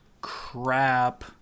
crap